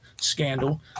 scandal